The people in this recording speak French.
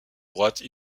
droite